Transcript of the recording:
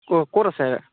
ক ক'ত আছে